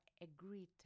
agreed